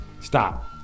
Stop